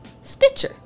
Stitcher